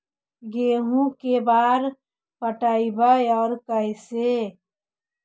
गेहूं के बार पटैबए और कैसे?